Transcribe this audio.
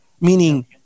meaning